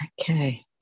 okay